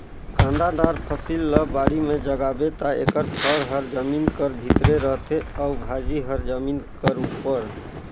कांदादार फसिल ल बाड़ी में जगाबे ता एकर फर हर जमीन कर भीतरे रहथे अउ भाजी हर जमीन कर उपर